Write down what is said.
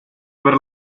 aver